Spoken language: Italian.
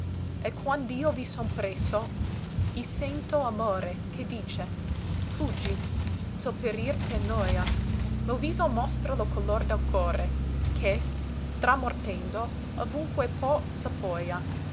e quand'io vi son presso i sento amore che dice fuggi se l perir t'è noia lo viso mostra lo color del core che tramortendo ovunque pò